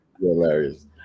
Hilarious